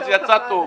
אבל זה יצא טוב,